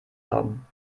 haben